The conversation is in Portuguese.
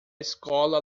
escola